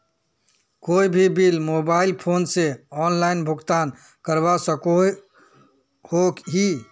कोई भी bill mobile phone से ऑनलाइन भुगतान करवा सकोहो ही?